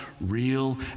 real